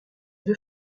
deux